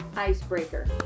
Icebreaker